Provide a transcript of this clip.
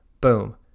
Boom